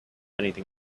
anything